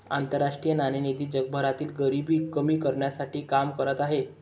आंतरराष्ट्रीय नाणेनिधी जगभरातील गरिबी कमी करण्यासाठी काम करत आहे